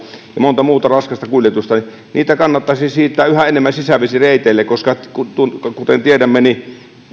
ja on monta muuta raskasta kuljetusta niin niitä kannattaisi siirtää yhä enemmän sisävesireiteille kuten tiedämme